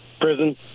Prison